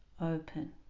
open